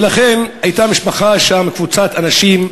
הייתה שם משפחה, קבוצת אנשים,